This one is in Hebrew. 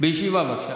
בישיבה, בבקשה.